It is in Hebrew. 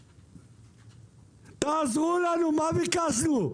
בסה"כ, תעזרו לנו מה ביקשנו.